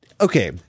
okay